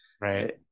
Right